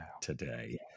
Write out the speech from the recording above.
today